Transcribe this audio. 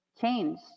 changed